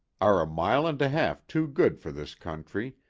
are a mile-and-a-half too good for this country,